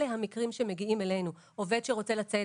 אלה המקרים שמגיעים אלינו עובד שרוצה לצאת,